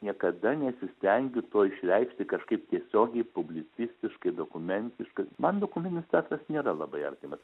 niekada nesistengiu to išreikšti kažkaip tiesiogiai publicistiškai dokumentiškai man dokumentinis teatras nėra labai artimas